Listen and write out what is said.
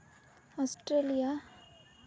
Australia